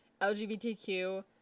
LGBTQ